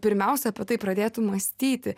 pirmiausia apie tai pradėtų mąstyti